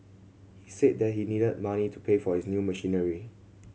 he said that he needed the money to pay for his new machinery